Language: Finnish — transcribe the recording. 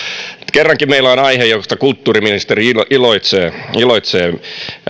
kerrankin meillä on aihe josta kulttuuriministeri iloitsee iloitsee